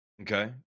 Okay